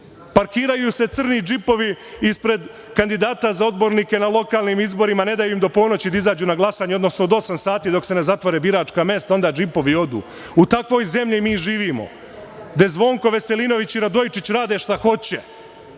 teror. Parkiraju se crni džipovi ispred kandidata za odbornike na lokalnim izborima. Ne daju im do ponoći da izađu na glasanje, odnosno do 20.00 sati, dok se ne zatvore biračka mesta. Onda džipovi odu. U takvoj zemlji mi živimo, gde Zvonko Veselinović i Radojičić rade šta hoće,